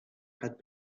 had